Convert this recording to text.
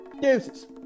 Deuces